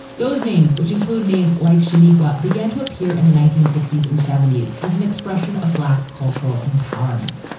those names, which include names like shaniqua, began to appear in the nineteen sixty s and seventy s as an expression of black cultural empowerment.